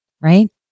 right